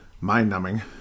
mind-numbing